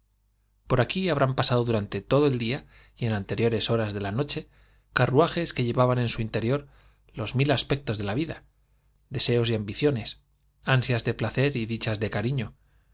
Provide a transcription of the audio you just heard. por aquí habrán pasado durante todo el día y en anteriores horas de la noche ca interior los mil aspectos de rruajes que llevaban en su la vida deseos y ambiciones ansias de placer y dichas de cariño